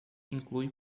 inclui